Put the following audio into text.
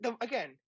again—